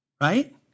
Right